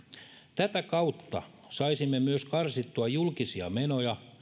tätä kautta saisimme myös karsittua julkisia menoja